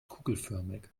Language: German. kugelförmig